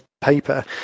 paper